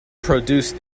produced